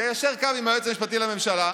איישר קו עם היועץ המשפטי לממשלה.